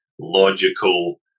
logical